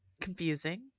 confusing